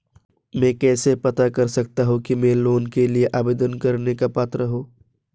मैं कैसे पता कर सकता हूँ कि मैं लोन के लिए आवेदन करने का पात्र हूँ?